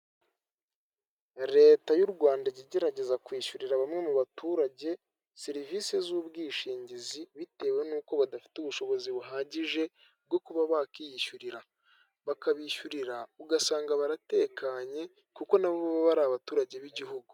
Leta y'u Rwanda ijya igerageza kwishyurira bamwe mu baturage serivisi z'ubwishingizi, bitewe nuko badafite ubushobozi buhagije bwo kuba bakiyishyurira. Bakabishyurira ugasanga baratekanye kuko nabo baba ari abaturage b'igihugu.